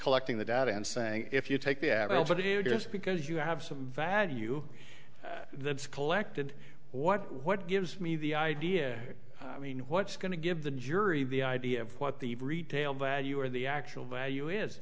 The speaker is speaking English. collecting the data and saying if you take the apple but if you just because you have some value that's collected what what gives me the idea i mean what's going to give the jury the idea of what the retail value or the actual value is